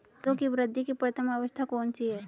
पौधों की वृद्धि की प्रथम अवस्था कौन सी है?